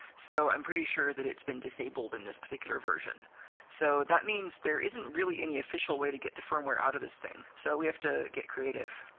so i'm pretty sure that it's been disabled in this particular version so that means there isn't really any official way to get the firmware out of this thing. so we have to get creative.